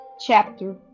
chapter